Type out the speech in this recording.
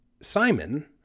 Simon